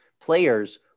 players